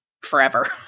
forever